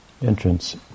Entrance